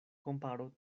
komparo